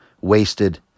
wasted